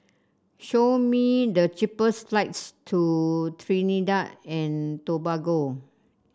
show me the cheapest flights to Trinidad and Tobago